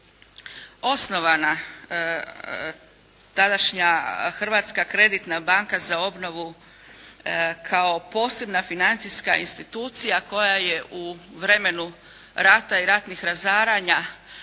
osnovana tadašnja Hrvatska kreditna banka za obnovu kao posebna financijska institucija koja je u vremenu rata i ratnih razaranja,